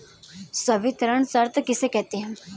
संवितरण शर्त किसे कहते हैं?